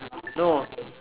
no